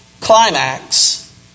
climax